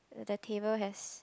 the table has